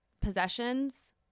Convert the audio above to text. possessions